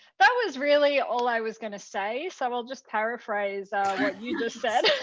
that was really all i was going to say. so i'll just paraphrase what you just said